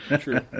True